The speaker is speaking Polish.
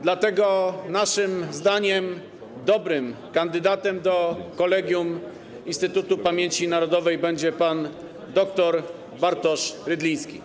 Dlatego naszym zdaniem dobrym kandydatem do Kolegium Instytutu Pamięci Narodowej będzie pan dr Bartosz Rydliński.